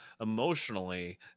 emotionally